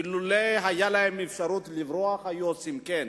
אילו היתה להם האפשרות לברוח, היו עושים כן.